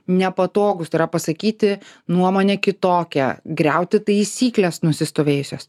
nepatogūs tai yra pasakyti nuomonę kitokią griauti taisykles nusistovėjusias